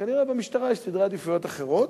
כנראה במשטרה יש סדרי עדיפויות אחרים.